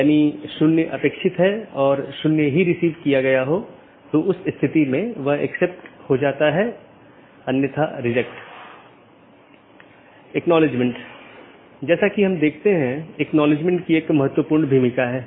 इसलिए चूंकि यह एक पूर्ण मेश है इसलिए पूर्ण मेश IBGP सत्रों को स्थापित किया गया है यह अपडेट को दूसरे के लिए प्रचारित नहीं करता है क्योंकि यह जानता है कि इस पूर्ण कनेक्टिविटी के इस विशेष तरीके से अपडेट का ध्यान रखा गया है